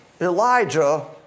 Elijah